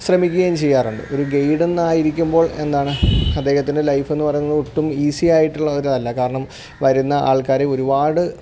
ശ്രമിക്കുകയും ചെയ്യാറുണ്ട് ഒരു ഗൈഡെന്നായിരിക്കുമ്പോൾ എന്താണ് അദ്ദേഹത്തിന്റെ ലൈഫെന്നു പറയുന്നത് ഒട്ടും ഈസി ആയിട്ടുള്ള ഒരിതല്ല കാരണം വരുന്ന ആൾക്കാരെ ഒരുപാട്